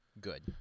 Good